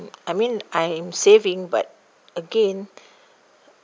I mean I'm saving but again